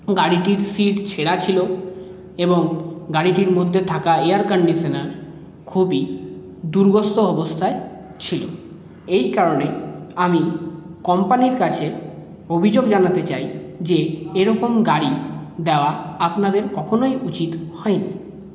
গাড়িটির সিট ছেঁড়া ছিল এবং গাড়িটির মধ্যে থাকা এয়ার কন্ডিশনার খুবই অবস্থায় ছিল এই কারণে আমি কম্পানির কাছে অভিযোগ জানাতে চাই যে এ রকম গাড়ি দেওয়া আপনাদের কখনই উচিত হয় নি